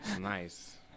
Nice